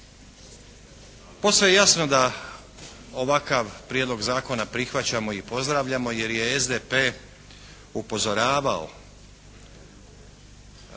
Posve je jasno da ovakav prijedlog zakona prihvaćamo i pozdravljamo jer je SDP upozoravao